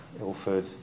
Ilford